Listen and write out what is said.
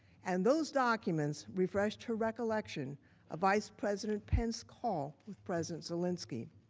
and those documents refreshed her recollection of vice president pence's call with president zelensky.